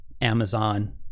Amazon